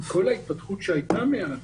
עם כל ההתפתחות שהייתה מאז